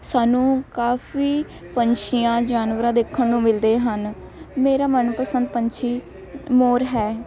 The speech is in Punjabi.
ਸਾਨੂੰ ਕਾਫੀ ਪੰਛੀਆਂ ਜਾਨਵਰਾਂ ਦੇਖਣ ਨੂੰ ਮਿਲਦੇ ਹਨ ਮੇਰਾ ਮਨ ਪਸੰਦ ਪੰਛੀ ਮੋਰ ਹੈ